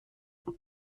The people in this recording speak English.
and